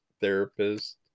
therapist